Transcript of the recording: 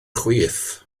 chwith